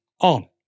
on